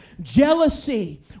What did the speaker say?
Jealousy